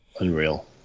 Unreal